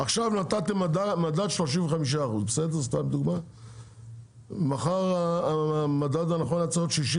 עכשיו נתתם לדוגמה מדד 35%. מחר המדד הנכון היה צריך להיות 62%,